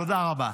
תודה רבה.